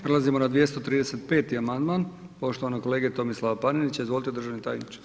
Prelazimo na 235. amandman poštovanog kolege Tomislava Panenića, izvolite državni tajniče.